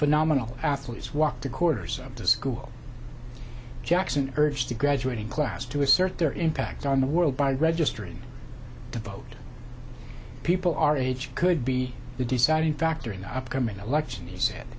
phenomenal athletes walked a quarter so to school jackson urged the graduating class to assert their impact on the world by registering to vote people our age could be the deciding factor in the upcoming election he said